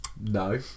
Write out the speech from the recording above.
no